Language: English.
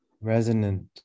resonant